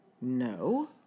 No